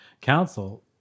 council